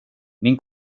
min